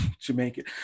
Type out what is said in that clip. Jamaican